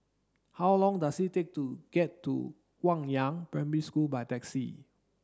how long does it take to get to Guangyang Primary School by taxi